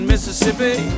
Mississippi